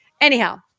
anyhow